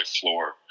floor